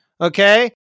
okay